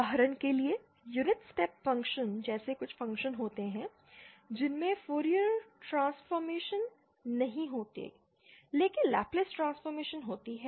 उदाहरण के लिए यूनिट स्टेप फंक्शंस जैसे कुछ फंक्शन होते हैं जिनमें फूरियर ट्रांसफॉर्म नहीं होता है लेकिन लैप्लस ट्रांसफॉर्म होता है